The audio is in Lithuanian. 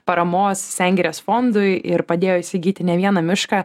paramos sengirės fondui ir padėjo įsigyti ne vieną mišką